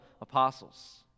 apostles